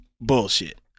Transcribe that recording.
bullshit